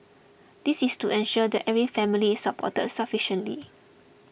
this is to ensure that every family is supported sufficiently